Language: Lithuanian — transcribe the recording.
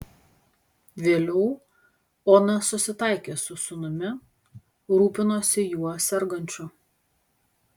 vėliau ona susitaikė su sūnumi rūpinosi juo sergančiu